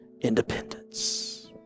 independence